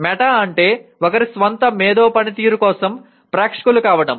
meta అంటే ఒకరి స్వంత మేధో పనితీరు కోసం ప్రేక్షకులు కావడం